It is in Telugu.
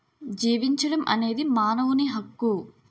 జీవించడం అనేది మానవుని హక్కు